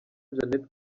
jeannette